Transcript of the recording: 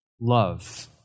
love